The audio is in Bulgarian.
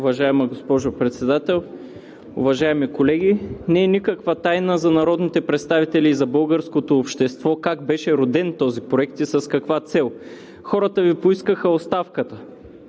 Уважаема госпожо Председател, уважаеми колеги! Не е никаква тайна за народните представители и за българското общество как беше роден този проект и с каква цел. Хората Ви поискаха оставката.